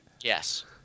Yes